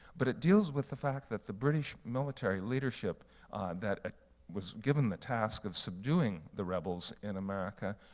but it deals with the fact that the british military leadership that ah was given the task of subduing the rebels in america,